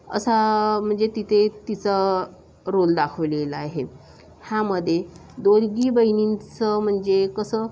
असा म्हणजे तिथे तिचं रोल दाखवलेलं आहे ह्यामध्ये दोघी बहिणींचं म्हणजे कसं